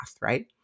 Right